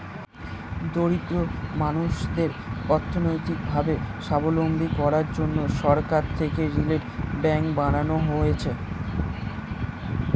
দরিদ্র মানুষদের অর্থনৈতিক ভাবে সাবলম্বী করার জন্যে সরকার থেকে রিটেল ব্যাঙ্ক বানানো হয়েছে